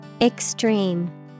Extreme